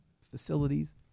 facilities